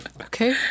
Okay